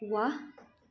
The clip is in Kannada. ವಾಹ್